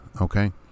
okay